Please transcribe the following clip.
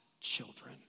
children